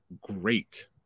great